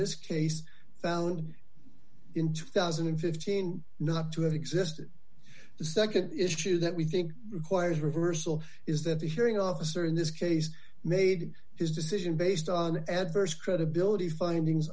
this case found in two thousand and fifteen not to have existed the nd issue that we think requires reversal is that the hearing officer in this case made his decision based on adverse credibility findings